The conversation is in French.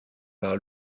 par